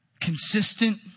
consistent